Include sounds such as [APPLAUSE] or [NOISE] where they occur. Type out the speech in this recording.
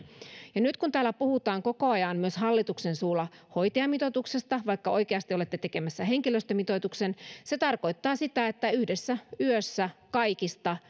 ja nyt kun täällä puhutaan koko ajan myös hallituksen suulla hoitajamitoituksesta vaikka oikeasti olette tekemässä henkilöstömitoituksen se tarkoittaa sitä että yhdessä yössä kaikista [UNINTELLIGIBLE]